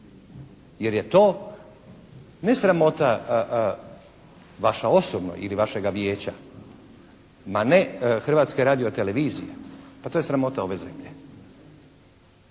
jer je to ne sramota vaša osobno ili vašega Vijeća, ma ne Hrvatske radiotelevizije. Pa to je sramota ove zemlje.